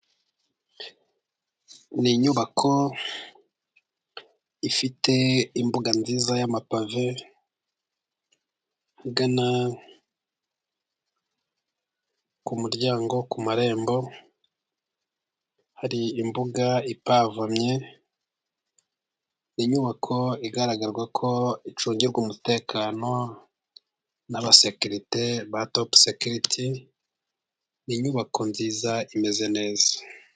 Ni inyubako ifite imbuga nziza y'amapave ,igana ku muryango, ku marembo ,hari imbuga ipavomye, inyubako igaraga ko icungirwa umutekano n'abasekirite ba topusekiriti, ni inyubako nziza imeze neza.